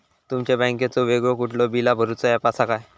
तुमच्या बँकेचो वेगळो कुठलो बिला भरूचो ऍप असा काय?